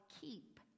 keep